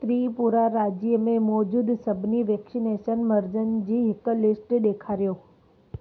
त्रिपुरा राज्य में मौजूदु सभिनी वैक्सीनेशन मर्कज़नि जी हिकु लिस्ट ॾेखारियो